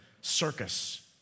circus